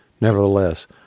Nevertheless